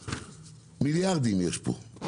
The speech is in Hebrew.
מיליארדים יש פה.